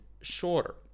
shorter